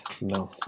No